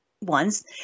ones